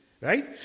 right